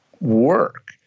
work